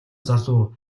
залуу